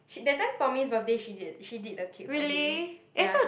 she that time Tommy's birthday she did she did a cake for him ya